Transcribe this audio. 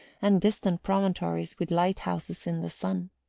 and distant promontories with light-houses in the sun.